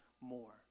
more